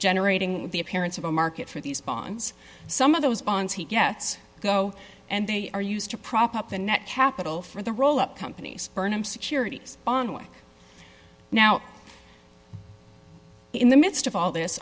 generating the appearance of a market for these bonds some of those bonds he gets go and they are used to prop up the net capital for the roll up companies burnham securities on the way now in the midst of all this